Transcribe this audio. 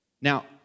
Now